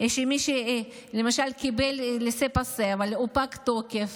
שמי שלמשל קיבל תעודת מעבר אבל היא פגת-תוקף